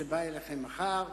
שיבוא אליכם מחר.